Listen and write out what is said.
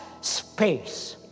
space